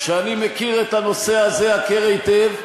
שאני מכיר את הנושא הזה הכר היטב,